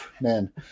Man